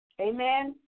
Amen